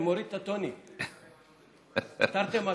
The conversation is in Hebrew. אני מוריד את הטונים, תרתי משמע.